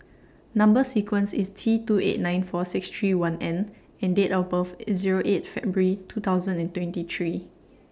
Number sequence IS T two eight nine four six three one N and Date of birth IS Zero eight February two thousand and twenty three